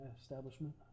establishment